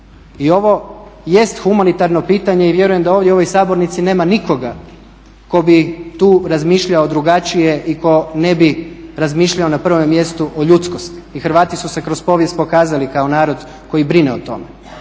I ovo jest humanitarno pitanje i vjerujem da ovdje u ovoj sabornici nema nikoga tko bi tu razmišljao drugačije i tko ne bi razmišljao na prvom mjestu o ljudskosti. I Hrvati su se kroz povijest pokazali kao narod koji brine o tome.